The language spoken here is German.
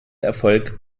erfolg